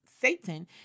Satan